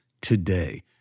today